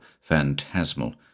phantasmal